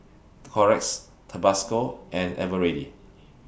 Xorex Tabasco and Eveready